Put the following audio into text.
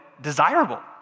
desirable